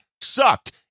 sucked